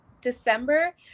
December